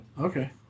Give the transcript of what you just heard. Okay